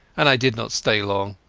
and i did not stay long.